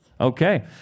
Okay